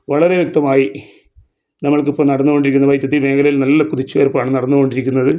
വളരെ വ്യകത്മായി നമ്മൾക്കിപ്പം നടന്നോണ്ടിരി വൈദ്യുതി മേഖലകൾ നല്ല കുതിച്ചുയർപ്പാണ് നടന്നുകൊണ്ടിരിക്കുന്നത്